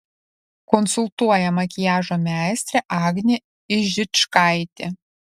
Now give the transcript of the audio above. konsultuoja makiažo meistrė agnė ižičkaitė